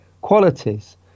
qualities